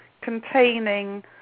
containing